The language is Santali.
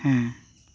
ᱦᱮᱸ